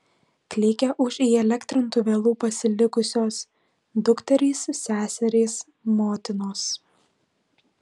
klykė už įelektrintų vielų pasilikusios dukterys seserys motinos